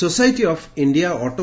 society of India ଅଟେ